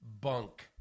bunk